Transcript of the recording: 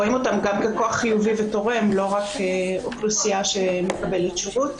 רואים אותם גם ככוח חיובי ותורם ולא רק כאוכלוסייה שמקבלת שירות.